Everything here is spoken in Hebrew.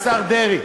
ולשר דרעי,